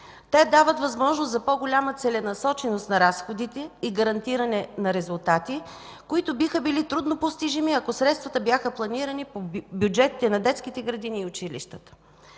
Те дават възможност за по-голяма целенасоченост на разходите и гарантиране на резултати, които биха били трудно постижими, ако средствата бяха планирани по бюджетите на детските градини и училищата.